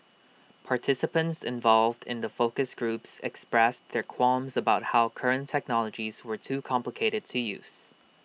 participants involved in the focus groups expressed their qualms about how current technologies were too complicated to use